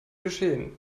geschehen